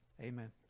Amen